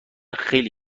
خیلی